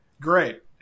Great